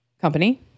company